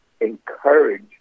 encourage